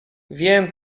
wiem